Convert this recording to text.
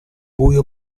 buio